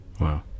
Wow